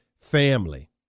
Family